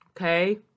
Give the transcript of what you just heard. okay